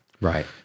Right